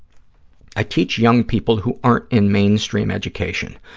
i teach young people who aren't in mainstream education.